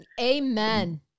Amen